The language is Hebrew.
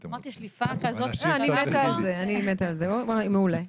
לא, אני מתה על זה, זה מעולה.